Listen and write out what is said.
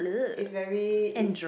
it's very it's